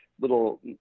little